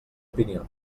opinió